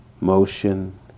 motion